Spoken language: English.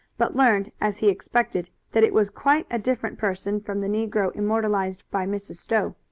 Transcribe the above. but learned, as he expected, that it was quite a different person from the negro immortalized by mrs. stowe.